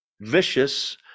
vicious